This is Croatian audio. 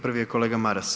Prvi je kolega Maras.